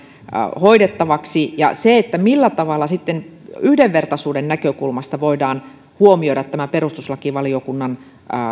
hoidettavaksi millä tavalla sitten yhdenvertaisuuden näkökulmasta voidaan huomioida tämä perustuslakivaliokunnan